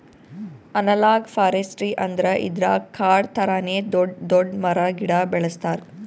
analogue forestry ಅಂದ್ರ ಇದ್ರಾಗ್ ಕಾಡ್ ಥರಾನೇ ದೊಡ್ಡ್ ದೊಡ್ಡ್ ಮರ ಗಿಡ ಬೆಳಸ್ತಾರ್